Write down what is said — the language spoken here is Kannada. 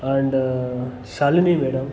and Shalini madam